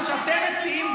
מה שאתם מציעים,